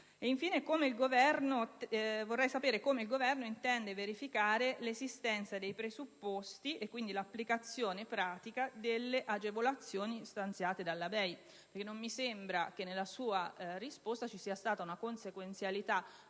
Infine, vorrei sapere come il Governo intende verificare l'esistenza dei presupposti e quindi l'applicazione pratica delle agevolazioni stanziate dalla BEI. Non mi sembra che nella sua risposta ci sia stata una consequenzialità